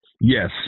Yes